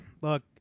look